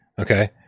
Okay